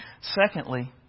Secondly